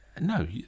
No